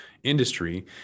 industry